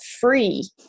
free